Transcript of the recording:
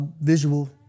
visual